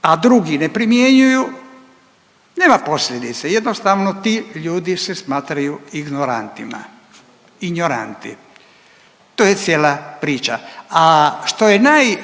a drugi ne primjenjuju, nema posljedice, jednostavno, ti ljudi se smatraju ignorantima. Ignoranti, to je cijela priča, a što je naj,